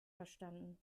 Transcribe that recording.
verstanden